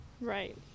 Right